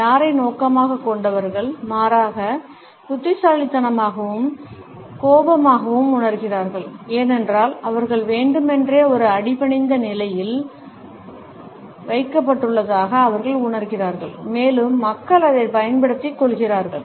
யாரை நோக்கமாகக் கொண்டவர்கள் மாறாக புத்திசாலித்தனமாகவும் கோபமாகவும் உணர்கிறார்கள் ஏனென்றால் அவர்கள் வேண்டுமென்றே ஒரு அடிபணிந்த நிலையில் வைக்கப்பட்டுள்ளதாக அவர்கள் உணர்கிறார்கள் மேலும் மக்கள் அதைப் பயன்படுத்திக் கொள்கிறார்கள்